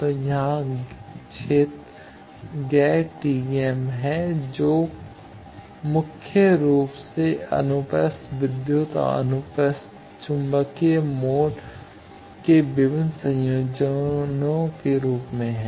तो यहाँ क्षेत्र गैर TEM है जो मुख्य रूप से अनुप्रस्थ विद्युत और अनुप्रस्थ चुंबकीय मोड के विभिन्न संयोजनों के रूप में है